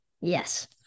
Yes